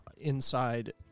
inside